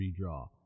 redraw